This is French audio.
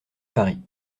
paris